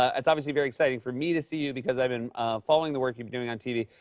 ah it's obviously very exciting for me to see you because i've been following the work you're doing on tv.